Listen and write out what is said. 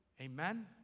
Amen